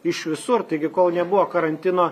iš visur taigi kol nebuvo karantino